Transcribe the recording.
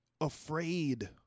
afraid